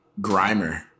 Grimer